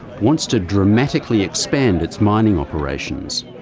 wants to dramatically expand its mining operations.